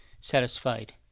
satisfied